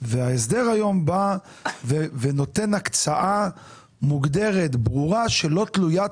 וההסדר היום בא ונותן הקצאה מוגדרת וברורה שלא תלויית